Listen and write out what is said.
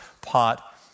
pot